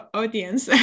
audience